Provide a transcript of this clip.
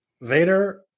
Vader